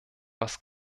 was